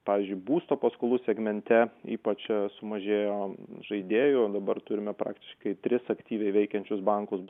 pavyzdžiui būsto paskolų segmente ypač sumažėjo žaidėjų o dabar turime praktiškai tris aktyviai veikiančius bankus